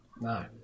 No